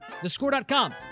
TheScore.com